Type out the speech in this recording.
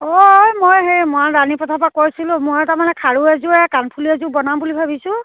অঁ এই মই সেই মই ৰাণী পথাৰৰপৰা কৈছিলোঁ মই তাৰমানে খাৰু এযোৰে কাণফুলি এযোৰ বনাম বুলি ভাবিছোঁ